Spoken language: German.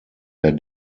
der